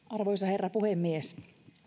arvoisa herra puhemies